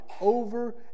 over